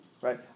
right